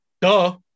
duh